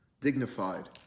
dignified